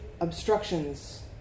obstructions